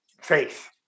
faith